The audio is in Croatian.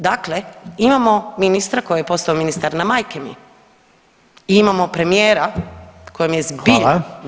Dakle, imamo ministra koji je postao ministar na majke mi i imamo premijera kojem je zbilja